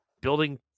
Building